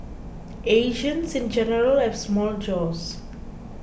Asians in general have small jaws